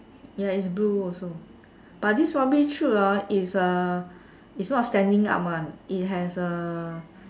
ya is blue also but this rubbish chute ah is uh is not standing up [one] it has a